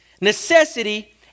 necessity